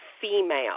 female